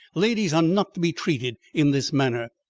ladies are not to be treated in this manner.